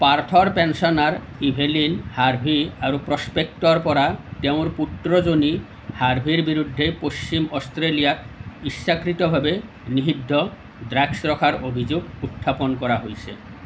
পাৰ্থৰ পেঞ্চনাৰ Evelyn Harvey আৰু prospector পৰা তেওঁৰ পুত্ৰজনী হাৰ্ভিৰ বিৰুদ্ধে পশ্চিম অষ্ট্ৰেলিয়াত ইচ্ছাকৃতভাৱে নিষিদ্ধ ড্ৰাগচ ৰখাৰ অভিযোগ উত্থাপন কৰা হৈছে